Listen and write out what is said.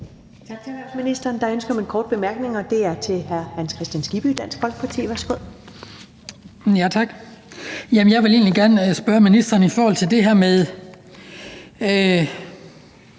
jeg egentlig vil gerne spørge ministeren om, er i forhold til det her med